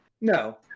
No